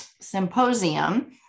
Symposium